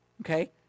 okay